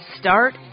start